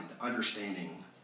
understanding